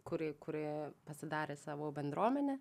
kuri kurie pasidarė savo bendruomenę